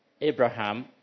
Abraham